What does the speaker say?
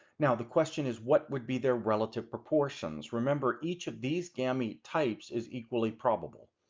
now the question is, what would be their relative proportions? remember each of these gamete types is equally probable.